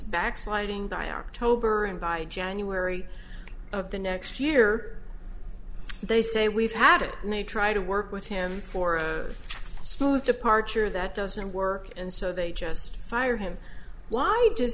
backsliding by october and by january of the next year they say we've had it and they try to work with him for a small departure that doesn't work and so they just fire him why d